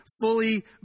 fully